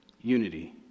unity